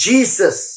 Jesus